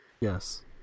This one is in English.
Yes